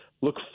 look